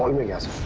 like me yes,